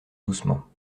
doucement